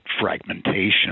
fragmentation